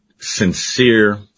sincere